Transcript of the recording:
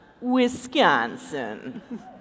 Wisconsin